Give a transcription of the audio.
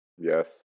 Yes